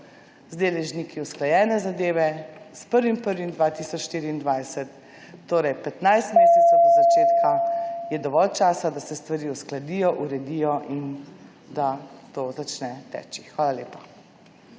deležniki niso usklajene zadeve, 1. 1. 2024, torej petnajst mesecev do začetka, je dovolj časa, da se stvari uskladijo, uredijo in da to začne teči. Hvala lepa.